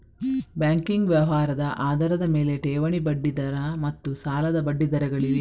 banking ವ್ಯವಹಾರದ ಆಧಾರದ ಮೇಲೆ, ಠೇವಣಿ ಬಡ್ಡಿ ದರ ಮತ್ತು ಸಾಲದ ಬಡ್ಡಿ ದರಗಳಿವೆ